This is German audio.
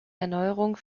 erneuerung